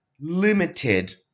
limited